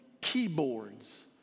keyboards